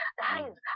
guys